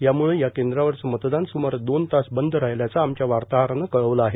यामुळे या केंद्रावरचं मतदान सुमारे दोन तास बंद राहिल्याचं आमच्या वार्ताहरानं कळवलं आहे